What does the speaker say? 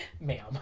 Ma'am